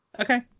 Okay